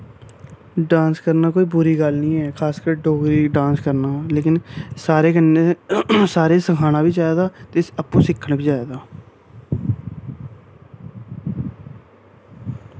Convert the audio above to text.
dance करना कोई बुरी गल्ल नी ऐ खासकर डोगरी डांस करना लेकिन सारें कन्नै सारें गी सखाना बी चाहिदा ते आपूं सिक्खन बी चाहिदा